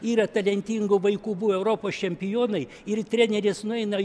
yra talentingų vaikų buvę europos čempionai ir treneris nueina